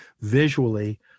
visually